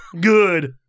Good